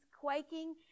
quaking